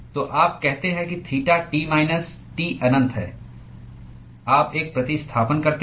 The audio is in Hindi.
तो आप कहते हैं कि थीटा T माइनस T अनंत है आप एक प्रतिस्थापन करते हैं